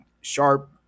sharp